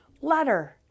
letter